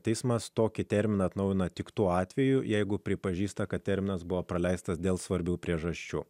teismas tokį terminą atnaujina tik tuo atveju jeigu pripažįsta kad terminas buvo praleistas dėl svarbių priežasčių